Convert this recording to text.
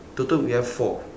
total we have four